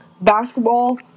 basketball